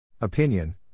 Opinion